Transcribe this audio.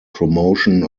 promotion